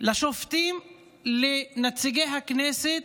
לשופטים ולנציגי הכנסת,